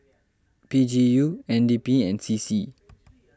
P G U N D P and C C